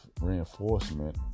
reinforcement